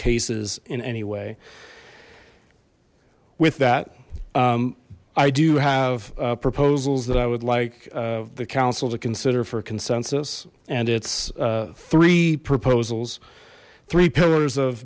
cases in any way with that i do have proposals that i would like the council to consider for consensus and it's three proposals three pillars of